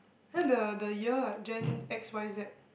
this one the the year [what] Gen X Y Z